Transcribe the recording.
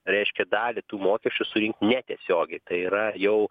reiškia dalį tų mokesčių surinkt netiesiogiai tai yra jau